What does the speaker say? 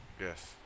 Yes